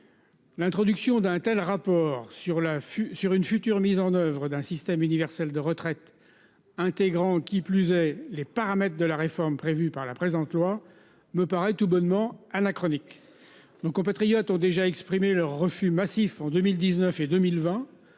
L'introduction d'un tel rapport sur l'affût sur une future mise en oeuvre d'un système universel de retraite. Intégrant qui plus est, les paramètres de la réforme prévue par la présente loi me paraît tout bonnement anachronique nos compatriotes ont déjà exprimé leur refus massif en 2019 et 2020